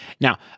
Now